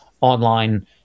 online